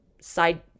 side